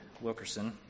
Wilkerson